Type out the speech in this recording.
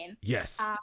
Yes